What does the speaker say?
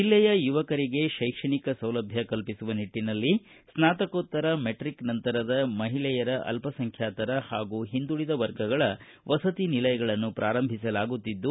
ಜಿಲ್ಲೆಯ ಯುವಕರಿಗೆ ಕೈಕ್ಷಣಿಕ ಸೌಲಭ್ಯ ಕಲ್ಪಿಸುವ ನಿಟ್ಟನಲ್ಲಿ ಸ್ನಾತಕೋತ್ತರ ಮೆಟ್ರಕ್ ನಂತರದ ಮಹಿಳೆಯರ ಅಲ್ಪಸಂಖ್ಯಾತರ ಹಾಗೂ ಹಿಂದುಳಿದ ವರ್ಗಗಳ ವಸತಿ ನಿಲಯಗಳನ್ನು ಪಾರಂಭಿಸಲಾಗುತ್ತಿದ್ದು